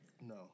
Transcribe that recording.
No